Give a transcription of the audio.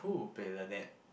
play with Lynette